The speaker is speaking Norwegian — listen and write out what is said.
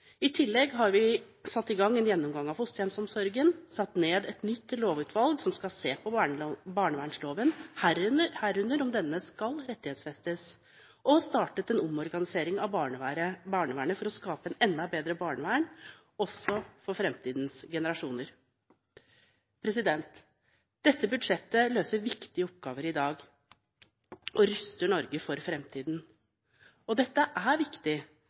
I tillegg har vi satt i gang en gjennomgang av fosterhjemsomsorgen, satt ned et nytt lovutvalg som skal se på barnevernsloven – herunder om denne skal rettighetsfestes – og startet en omorganisering av barnevernet for å skape et enda bedre barnevern, også for framtidens generasjoner. Dette budsjettet løser viktige oppgaver i dag og ruster Norge for framtiden. Dette er viktig,